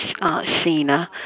Sheena